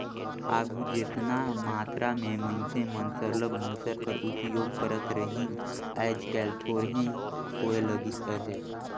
आघु जेतना मातरा में मइनसे मन सरलग मूसर कर उपियोग करत रहिन आएज काएल थोरहें होए लगिस अहे